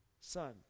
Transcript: son